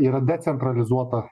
yra decentralizuota